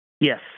yes